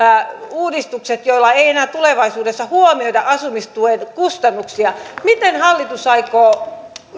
uudistuksissa joissa ei enää tulevaisuudessa huomioida asumistuen kustannuksia hallitus aikoo